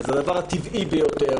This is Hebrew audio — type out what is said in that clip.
זה הדבר הטבעי ביותר.